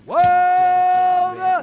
World